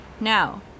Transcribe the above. Now